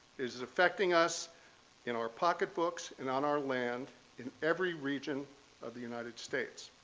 it is affecting us in our pocketbooks and on our land in every region of the united states.